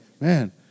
man